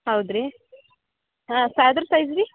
ಹೌದು ರೀ ಹಾಂ ಸಾ ಅದ್ರ ಸೈಜ್ ರೀ